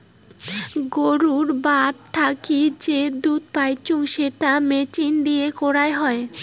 গুরুর বাত থাকি যে দুধ পাইচুঙ সেটা মেচিন দিয়ে করাং হই